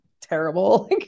terrible